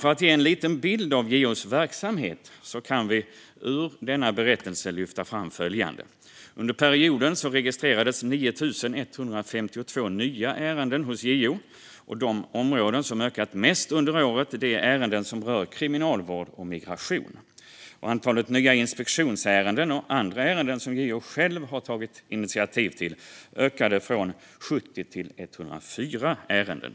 För att ge en bild av JO:s verksamhet kan jag ur ämbetsberättelsen lyfta fram följande: Under perioden registrerades 9 152 nya ärenden hos JO. De områden som har ökat mest under året är ärenden som rör kriminalvård och migration. Antalet nya inspektionsärenden och andra ärenden som JO själv har tagit initiativ till ökade från 70 till 104 ärenden.